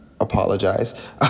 Apologize